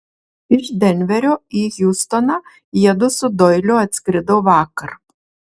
iš denverio į hjustoną jiedu su doiliu atskrido vakar